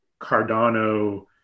Cardano